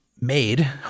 made